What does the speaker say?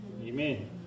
Amen